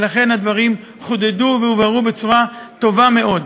ולכן הדברים חודדו והובהרו בצורה טובה מאוד.